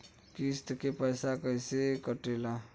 किस्त के पैसा कैसे कटेला?